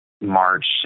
March